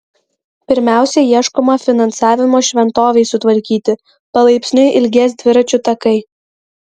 pirmiausia ieškoma finansavimo šventovei sutvarkyti palaipsniui ilgės dviračių takai